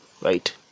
Right